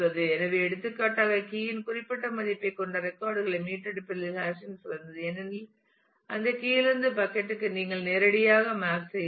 எனவே எடுத்துக்காட்டாக கீ யின் குறிப்பிட்ட மதிப்பைக் கொண்ட ரெக்கார்ட் களை மீட்டெடுப்பதில் ஹாஷிங் சிறந்தது ஏனெனில் அந்த கீ யிலிருந்து பக்கட் க்கு நீங்கள் நேரடியாக மேப் செய்யலாம்